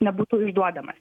nebūtų išduodamas